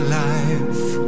life